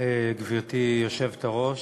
גברתי היושבת-ראש,